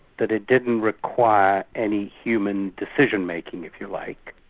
that it didn't require any human decision-making, if you like,